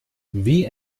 wie